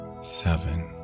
Seven